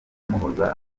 kumuhoza